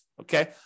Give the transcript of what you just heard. Okay